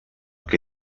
que